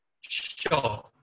Sure